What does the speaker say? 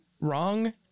wrong